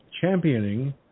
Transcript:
championing